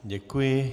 Děkuji.